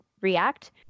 react